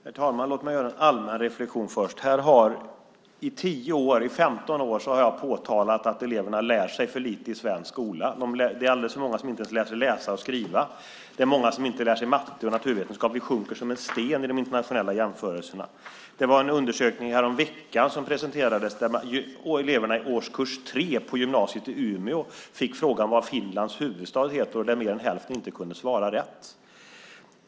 Herr talman! Låt mig göra en allmän reflexion först. I 10-15 år har jag påtalat att eleverna lär sig för lite i svensk skola. Det är alldeles för många som inte ens lär sig läsa och skriva. Det är många som inte lär sig matte och naturvetenskap. Vi sjunker som en sten i de internationella jämförelserna. Det kom en undersökning häromveckan där man presenterade att mer än hälften av eleverna i årskurs 3 på gymnasiet i Umeå inte kunde svara rätt när de fick frågan vad Finlands huvudstad heter.